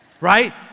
Right